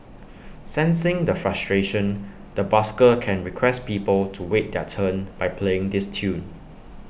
sensing the frustration the busker can request people to wait their turn by playing this tune